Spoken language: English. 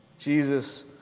Jesus